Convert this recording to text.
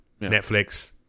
Netflix